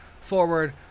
forward